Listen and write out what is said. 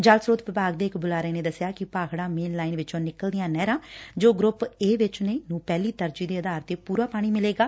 ਜਲ ਸਰੋਤ ਵਿਭਾਗੂ ਦੇ ਇਕ ਬੁਲਾਰੇ ਨੇ ਦੌਸਿਆ ਕਿ ਭਾਖਤਾ ਮੇਨ ਲਾਈਨ ਵਿੱਚੋਂ ਨਿਕਲਦੀਆਂ ਨਹਿਰਾਂ ਜੋ ਗਰੁੱਪ ਏ ਵਿੱਚ ਨੇ ਨੂੰ ਪਹਿਲੀ ਤਰਜੀਹ ਦੇ ਆਧਾਰ ਤੇ ਪਰਾ ਪਾਣੀ ਮਿਲੇਗਾ